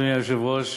אדוני היושב-ראש,